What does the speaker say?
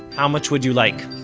how much would you like?